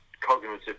cognitive